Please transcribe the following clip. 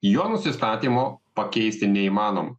jo nusistatymo pakeisti neįmanom